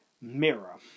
mirror